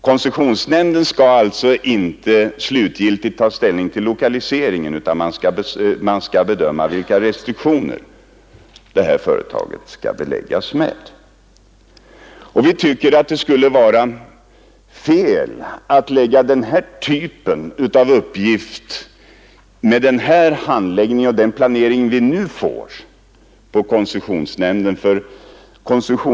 Koncessionsnämnden skall alltså inte slutgiltigt ta ställning till lokaliseringen, utan den skall bedöma vilka restriktioner anläggningen i fråga skall förses med. Vi tycker att det skulle vara fel att lägga den här typen av uppgift på koncessionsnämnden med den handläggning och planering vi nu får.